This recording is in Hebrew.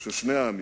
של שני העמים.